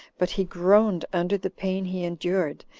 but he groaned under the pain he endured,